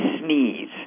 sneeze